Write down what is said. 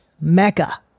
Mecca